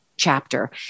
Chapter